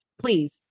Please